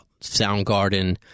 Soundgarden